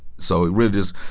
so it really is.